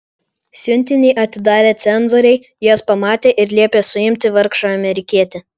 siuntinį atidarę cenzoriai jas pamatė ir liepė suimti vargšą amerikietį